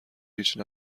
هیچی